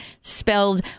spelled